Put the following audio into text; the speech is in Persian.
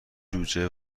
جوجه